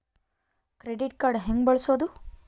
Credit card ಹೆಂಗ ಬಳಸೋದು?